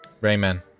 Rayman